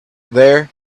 there